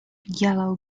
yellow